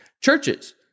Churches